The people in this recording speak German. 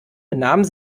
benahmen